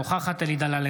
אינה נוכחת אלי דלל,